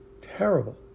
Terrible